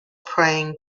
praying